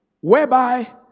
Whereby